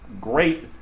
great